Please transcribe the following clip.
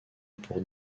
pour